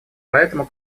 поэтому